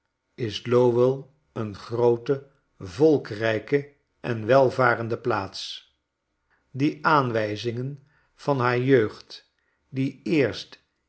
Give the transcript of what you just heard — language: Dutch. is lowell een groote volkrijke en welvarende plaats die aanwijzingen van haar jeugd die eerst